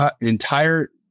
entire